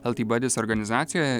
el ti badis organizacijoje